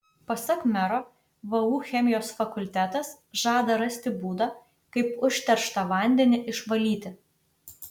pasak mero vu chemijos fakultetas žada rasti būdą kaip užterštą vandenį išvalyti